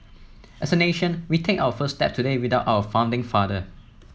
as a nation we take our first step today without our founding father